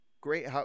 great